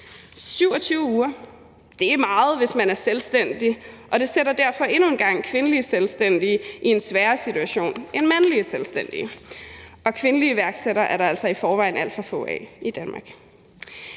27 uger er meget, hvis man er selvstændig, og det sætter derfor endnu en gang kvindelige selvstændige i en sværere situation end mandlige selvstændige, og kvindelige iværksættere er der altså i forvejen alt for få af i Danmark.